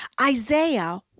Isaiah